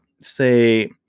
say